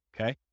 Okay